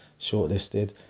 shortlisted